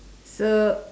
so